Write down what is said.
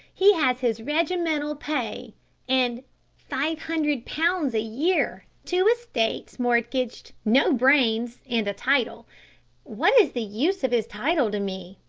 he has his regimental pay and five hundred pounds a year, two estates, mortgaged, no brains and a title what is the use of his title to me?